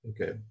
Okay